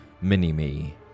Mini-Me